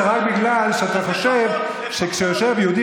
זה רק בגלל שאתה חושב שכשיושב יהודי